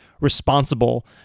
responsible